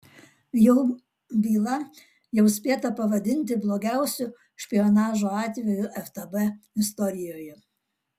jo byla jau spėta pavadinti blogiausiu špionažo atveju ftb istorijoje